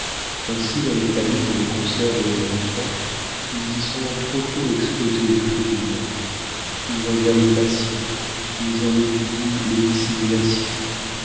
ainsi dans les familles où l'on conserve les enfants ils y sont trop tôt exposés au feu du monde ils en voient les passions ils en étudient les dissimulations